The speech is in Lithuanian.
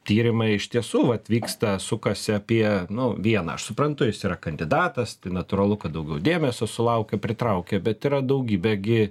tyrimai iš tiesų vat vyksta sukasi apie nu vieną aš suprantu jis yra kandidatas natūralu kad daugiau dėmesio sulaukia pritraukia bet yra daugybė gi